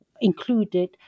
included